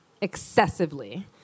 excessively